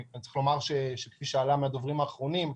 כפי שעלה מהדוברים האחרונים,